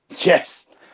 Yes